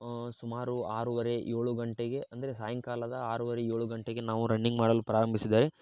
ಸುಮಾರು ಆರೂವರೆ ಏಳು ಗಂಟೆಗೆ ಅಂದರೆ ಸಾಯಂಕಾಲದ ಆರೂವರೆ ಏಳು ಗಂಟೆಗೆ ನಾವು ರನ್ನಿಂಗ್ ಮಾಡಲು ಪ್ರಾರಂಭಿಸಿದರೆ